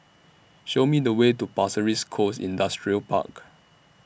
Show Me The Way to Pasir Ris Coast Industrial Park